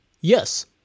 Yes